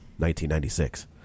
1996